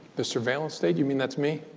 the surveillance state. you mean that's me?